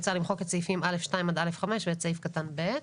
הוצע למחוק את סעיפים א' (2) עד א' (5) ואת סעיף קטן ב'.